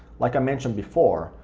like i mentioned before,